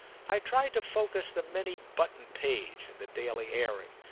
i tried to focus the many-buttoned page, in the daily airing,